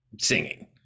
singing